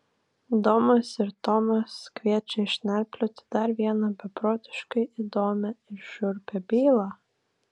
domas ir tomas kviečia išnarplioti dar vieną beprotiškai įdomią ir šiurpią bylą